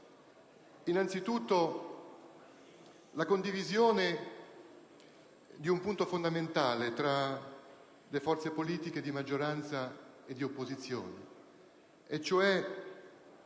Innanzi tutto, è emersa la condivisione di un punto fondamentale tra le forze politiche di maggioranza e di opposizione e cioè che